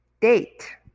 date